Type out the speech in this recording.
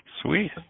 Sweet